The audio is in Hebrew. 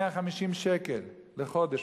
150 שקל לחודש,